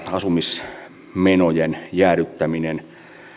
asumismenojen jäädyttäminen